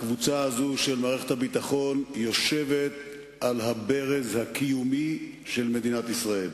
הקבוצה הזאת של מערכת הביטחון יושבת על הברז הקיומי של מדינת ישראל.